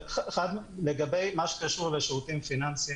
לגבי מה שקשור לשירותים פיננסיים